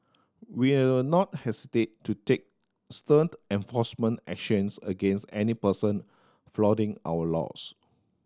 we'll not hesitate to take stern enforcement actions against any person flouting our laws